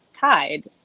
tied